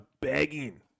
begging